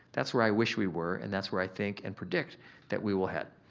that's where i wish we were and that's where i think and predict that we will head.